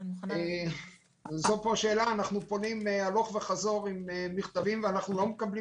אנחנו שולחים מכתבים ולא מקבלים